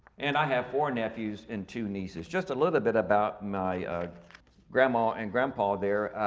and i have four nephews and two nieces. just a little bit bit about my grandma and grandpa there.